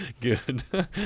Good